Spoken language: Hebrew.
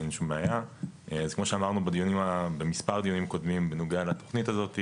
כמו שאמרנו במספר דיונים קודמים בנוגע לתוכנית הזאת,